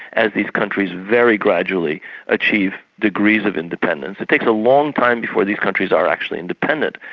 as these countries very gradually achieved degrees of independence. it takes a long time before these countries are actually independent.